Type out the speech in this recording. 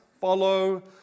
Follow